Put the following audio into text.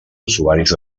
usuaris